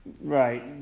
Right